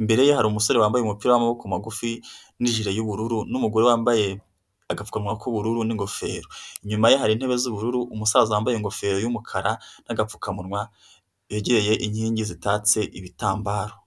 Imbere ye hari umusore wambaye umupira w'amaboko magufi n'ijire y'ubururu, n'umugore wambaye agapfukamunwa k'ubururu n'ingofero. Inyuma ye hari intebe z'ubururu; umusaza wambaye ingofero y'umukara n'agapfukamunwa yegereye inkingi zitatse ibitambaro.